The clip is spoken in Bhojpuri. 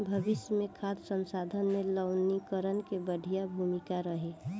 भविष्य मे खाद्य संसाधन में लवणीकरण के बढ़िया भूमिका रही